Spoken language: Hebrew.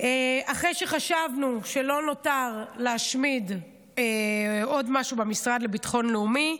אחרי שחשבנו שלא נותר עוד משהו להשמיד במשרד לביטחון לאומי,